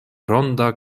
ronda